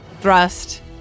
thrust